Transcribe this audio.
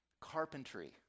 Carpentry